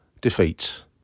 defeat